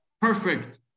perfect